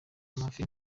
amafi